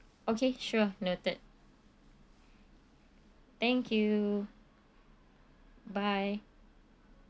okay sure noted thank you bye